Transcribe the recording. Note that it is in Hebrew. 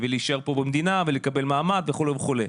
ולהישאר פה במדינה ולקבל מעמד וכו' וכו',